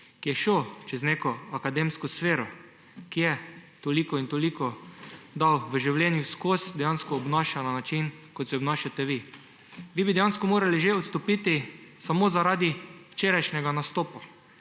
ki je šel čez neko akademsko sfero, ki je toliko in toliko dal v življenju skozi, dejansko obnaša na način, kot se obnašate vi. Vi bi dejansko morali že odstopiti samo zaradi včerajšnjega nastopa,